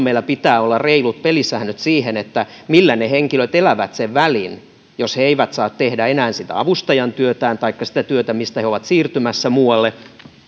meillä pitää olla reilut pelisäännöt sille millä ne henkilöt elävät sen välin jos he eivät saa tehdä enää sitä avustajan työtään taikka sitä työtä mistä he ovat siirtymässä muualle